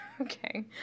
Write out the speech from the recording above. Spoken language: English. Okay